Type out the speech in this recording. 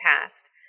past